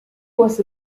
was